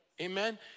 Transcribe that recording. amen